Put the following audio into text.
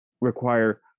require